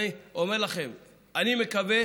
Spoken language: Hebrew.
אני מקווה